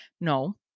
No